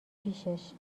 پیشش